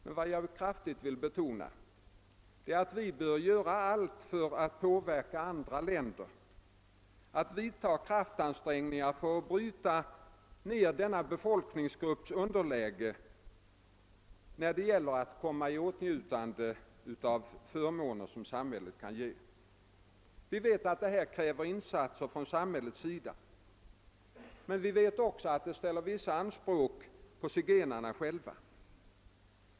Jag vill emellertid kraftigt betona att vi bör göra allt för att påverka andra länder till kraftansträngningar i syfte att eliminera denna befolkningsgrupps underläge när det gäller att komma i åtnjutande av samhällsförmåner. Vi vet att detta kräver insatser från samhällets sida, men vi vet också att det ställer vissa krav på zigenarna själva.